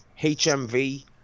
HMV